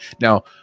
Now